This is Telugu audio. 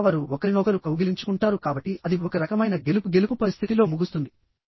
లేదా వారు ఒకరినొకరు కౌగిలించుకుంటారు కాబట్టి అది ఒక రకమైన గెలుపు గెలుపు పరిస్థితిలో ముగుస్తుంది